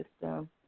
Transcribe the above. system